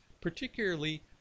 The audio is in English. particularly